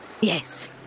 Yes